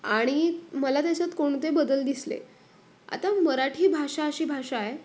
आणि मला त्याच्यात कोणते बदल दिसले आता मराठी भाषा अशी भाषा आहे